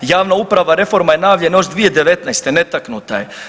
Javna uprava reforma je najavljena još 2019. netaknuta je.